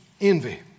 envy